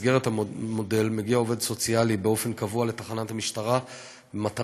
במסגרת המודל מגיע עובד סוציאלי באופן קבוע לתחנת המשטרה במטרה